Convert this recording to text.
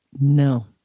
No